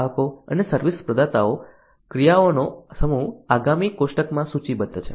ગ્રાહકો અને સર્વિસ પ્રદાતા ક્રિયાઓનો સમૂહ આગામી કોષ્ટકમાં સૂચિબદ્ધ છે